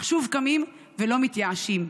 אך שוב קמים ולא מתייאשים.